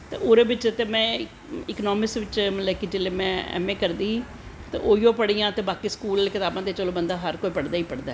ओह्दे बिच्च ते में मतलव कि जिसलै में इकनामिक्स च ऐमे करदी ही उऐ पढ़ियां ते बाकी स्कूली कताबां ते चलो हर कोई पढ़दा गै पढ़दा ऐ